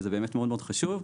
וזה באמת מאוד-מאוד חשוב,